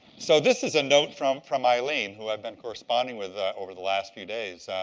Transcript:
so this is a note from from eileen who i've been corresponding with over the last few days.